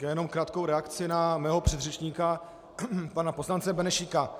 Jenom krátkou reakci na mého předřečníka pana poslance Benešíka.